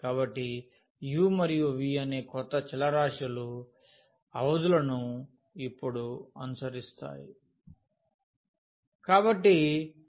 కాబట్టి u మరియు v అనే కొత్త చలరాశులు అవధులను ఇప్పుడు అనుసరిస్తాయి